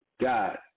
God